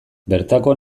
bertako